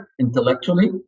intellectually